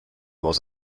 was